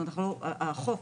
החוק